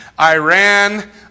Iran